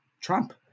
Trump